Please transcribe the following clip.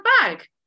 bag